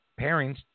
pairings